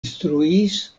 instruis